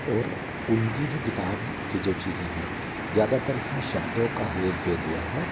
और उनकी जो किताब की जो चीज़ें हैं ज़्यादातर उस में शब्दों का हेर फेर हुआ है